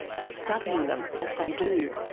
and studying them as they do.